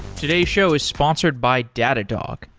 today's show is sponsored by datadog,